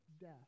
death